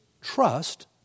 trust